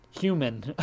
human